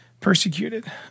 persecuted